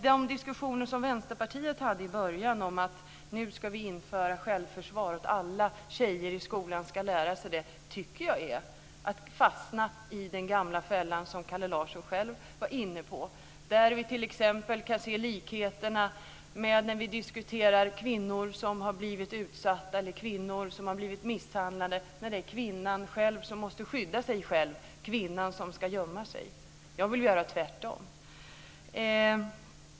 De diskussioner som Vänsterpartiet hade i början om att vi nu ska införa självförsvar för alla tjejer, och att alla tjejer i skolan ska lära sig, är att fastna i den gamla fällan som Kalle Larsson själv var inne på. Där kan vi se likheterna med när vi diskuterar kvinnor som har blivit utsatta eller kvinnor som har blivit misshandlade. Det är kvinnan själv som måste skydda sig själv. Det är kvinnan som ska gömma sig. Jag vill göra tvärtom.